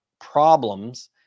problems